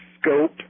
scope